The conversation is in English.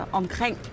omkring